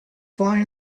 fly